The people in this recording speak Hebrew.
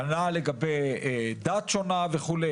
כנ"ל לגבי דת שונה וכו'.